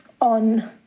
on